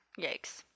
Yikes